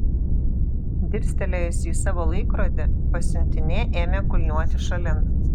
dirstelėjusi į savo laikrodį pasiuntinė ėmė kulniuoti šalin